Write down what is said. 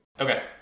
Okay